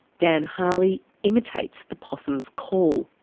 dan harley imitates the possum's call